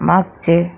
मागचे